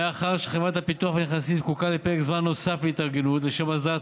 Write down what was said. מאחר שחברת הפיתוח והנכסים זקוקה לפרק זמן נוסף להתארגנות לשם הסדרת